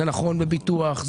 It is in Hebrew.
נכון בביטוח,